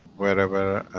wherever